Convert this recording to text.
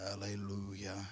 hallelujah